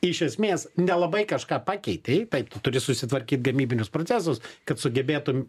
iš esmės nelabai kažką pakeitei taip tu turi susitvarkyt gamybinius procesus kad sugebėtum